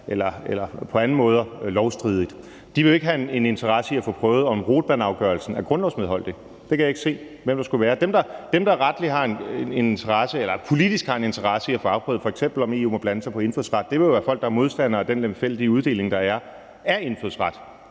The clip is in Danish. eller på anden måde lovstridigt. De ville jo ikke have en interesse i at få prøvet, om Rottmannafgørelsen af grundlovsmedholdig. Det kan jeg ikke se hvem der skulle være. Dem, der retligt har en interesse eller politisk har en interesse i at få afprøvet, om EU f.eks. må blande sig på indfødsretsområdet, vil jo være folk, der er modstandere af den lemfældige uddeling, der er, af indfødsret,